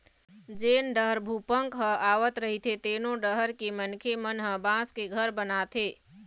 जेन डहर भूपंक ह आवत रहिथे तेनो डहर के मनखे मन ह बांस के घर बनाथे